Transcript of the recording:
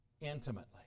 intimately